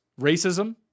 racism